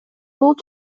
болуп